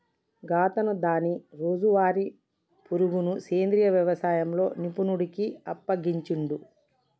గాతను దాని రోజువారీ పరుగును సెంద్రీయ యవసాయంలో నిపుణుడికి అప్పగించిండు